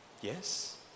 Yes